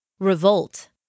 Revolt